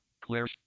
Claire